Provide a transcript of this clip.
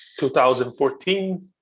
2014